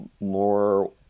more